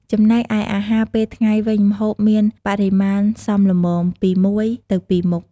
ចំណែកឯអាហារពេលថ្ងៃវិញ ម្ហូបមានបរិមាណសមល្មម ពី១ទៅ២ មុខ។